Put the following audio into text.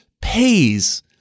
pays